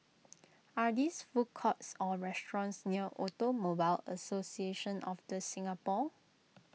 are these food courts or restaurants near Automobile Association of the Singapore